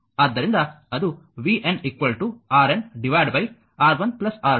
ಆದ್ದರಿಂದ ಅದು vn RN R1 R2